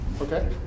Okay